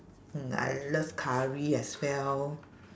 mm I love curry as well